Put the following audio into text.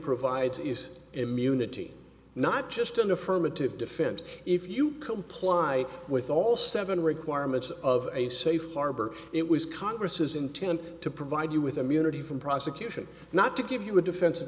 provides is immunity not just an affirmative defense if you comply with all seven requirements of a safe harbor it was congress intent to provide you with immunity from prosecution not to give you a defens